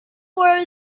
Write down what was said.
were